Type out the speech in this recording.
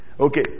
Okay